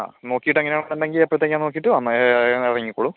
ആ നോക്കീട്ട് അങ്ങനെയാണ് ഉള്ളതെങ്കിൽ എപ്പഴ്ത്തേയ്ക്കാന്ന് നോക്കീട്ട് വന്നാ ഇറങ്ങിക്കോളു